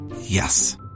Yes